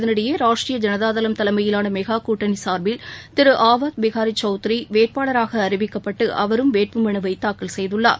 இதனிடையே ராஷ்ட்ரீய ஜனதா தளம் தலைமையிலான மெகா கூட்டணி சார்பில் திரு ஆவாத் பினரி சௌத்ரி வேட்பாளராக அறிவிக்கப்பட்டு அவரும் வேட்பு மனுவைத் தாக்கல் செய்துள்ளார்